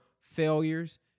failures